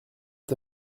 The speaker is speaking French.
est